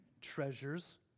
treasures